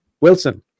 Wilson